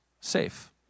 safe